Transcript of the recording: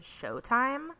showtime